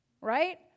Right